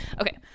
okay